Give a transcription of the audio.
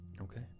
Okay